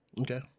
Okay